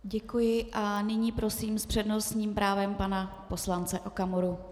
Děkuji a nyní prosím s přednostním právem pana poslance Okamuru.